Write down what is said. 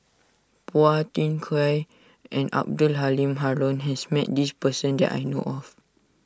Phua Thin Kiay and Abdul Halim Haron has met this person that I know of